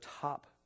top